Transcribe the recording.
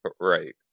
Right